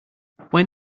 when